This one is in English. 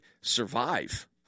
survive